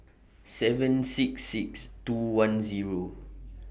seven six six two one Zero